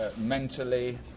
mentally